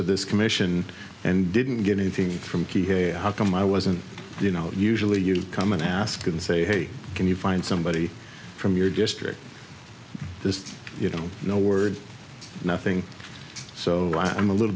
of this commission and didn't get anything from key hey how come i wasn't you know usually you come and ask and say hey can you find somebody from your district just you know no word nothing so i'm a little